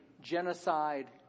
genocide